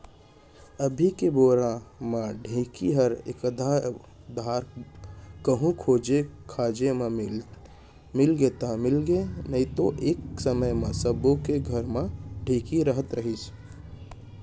अभी के बेरा म ढेंकी हर एकाध धर कहूँ खोजे खाजे म मिलगे त मिलगे नइतो एक समे म सबे के घर म ढेंकी रहत रहिस